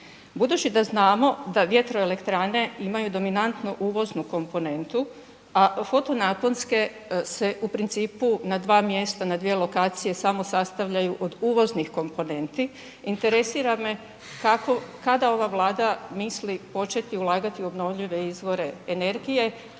Budući da znamo da vjetroelektrane imaju dominantnu uvoznu komponentu a foto-naponske se u principu na dva mjesta, na dvije lokacije samo sastavljaju od uvoznih komponenti, interesira me kada ova Vlada misli početi ulagati u obnovljive izvore energije